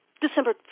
December